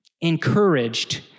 encouraged